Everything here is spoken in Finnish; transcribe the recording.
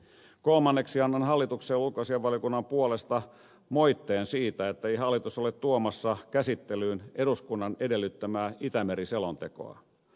kolmanneksi annan hallitukselle ulkoasiainvaliokunnan puolesta moitteen siitä ettei hallitus ole tuomassa käsittelyyn eduskunnan edellyttämää itämeri selontekoa